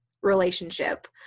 relationship